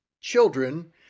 children